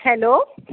hello